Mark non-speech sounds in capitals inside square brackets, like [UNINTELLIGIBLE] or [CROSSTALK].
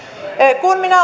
kun minä [UNINTELLIGIBLE]